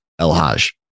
Elhaj